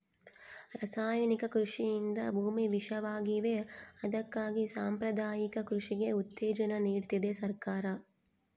ರಾಸಾಯನಿಕ ಕೃಷಿಯಿಂದ ಭೂಮಿ ವಿಷವಾಗಿವೆ ಅದಕ್ಕಾಗಿ ಸಾಂಪ್ರದಾಯಿಕ ಕೃಷಿಗೆ ಉತ್ತೇಜನ ನೀಡ್ತಿದೆ ಸರ್ಕಾರ